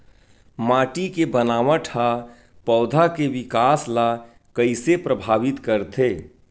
माटी के बनावट हा पौधा के विकास ला कइसे प्रभावित करथे?